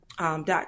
dot